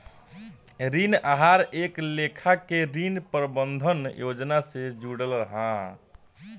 ऋण आहार एक लेखा के ऋण प्रबंधन योजना से जुड़ल हा